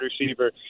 receiver